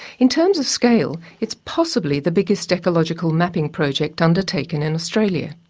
in terms of scale, it's possibly the biggest ecological mapping project undertaken in australia.